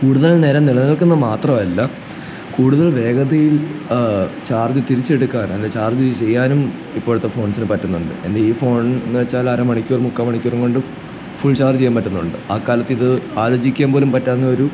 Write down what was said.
കൂടുതൽ നേരം നിലനിൽക്കുന്ന മാത്രമല്ല കൂടുതൽ വേഗതയിൽ ചാർജ്ജ് തിരിച്ചെടുക്കാൻ അല്ലേ ചാർജ്ജ് ചെയ്യാനും ഇപ്പോഴത്തെ ഫോൺസിന് പറ്റുന്നുണ്ട് എൻ്റെ ഈ ഫോണിൽ എന്ന് വെച്ചാൽ അര മണിക്കൂർ മുക്കാൽ മണിക്കൂറും കൊണ്ടും ഫുൾ ചാർജ്ജ് ചെയ്യാൻ പറ്റുന്നുണ്ട് ആ കാലത്ത് ഇത് ആലോചിക്കാൻ പോലും പറ്റാവുന്ന ഒരു